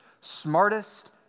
smartest